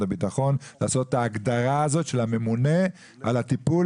הביטחון לעשות את ההגדרה הזאת של הממונה על הטיפול,